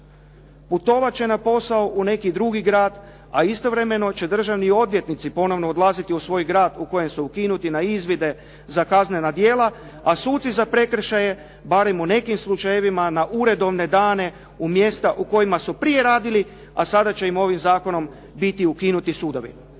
Putovat će na posao u neki drugi grad, a istovremeno će državni odvjetnici ponovno odlaziti u svoj grad u kojem su ukinuti na izvide za kaznena djela, a suci za prekršaje barem u nekim slučajevima na uredovne dane na mjesta u kojima su prije radili, a sada će im ovim zakonom biti ukinuti sudovi.